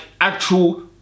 actual